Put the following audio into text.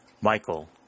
Michael